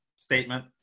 statement